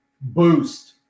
boost